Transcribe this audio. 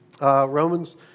Romans